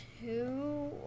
two